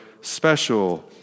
special